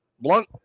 Blunt